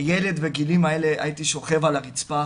כילד בגילאים האלה, הייתי שוכב על הרצפה